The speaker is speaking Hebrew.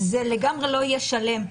זה לגמרי לא יהיה שלם.